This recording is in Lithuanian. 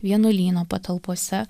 vienuolyno patalpose